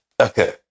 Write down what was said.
Okay